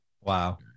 wow